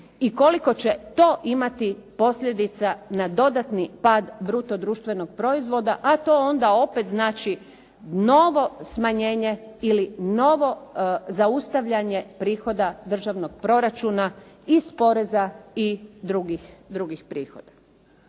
i koliko će to imati posljedica na dodatni pad bruto društvenog proizvoda, a to onda opet znači novo smanjenje ili novo zaustavljanje prihoda državnog proračuna iz poreza i drugih prihoda.